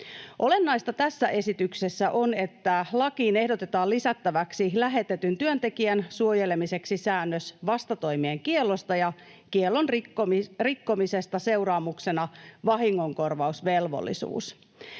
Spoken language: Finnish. Olennaista tässä esityksessä on, että lakiin ehdotetaan lisättäväksi lähetetyn työntekijän suojelemiseksi säännös vastatoimien kiellosta ja kiellon rikkomisesta seuraamuksena vahingonkorvausvelvollisuus.